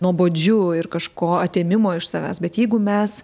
nuobodžiu ir kažko atėmimo iš savęs bet jeigu mes